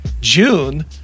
June